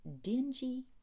dingy